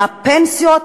הפנסיות,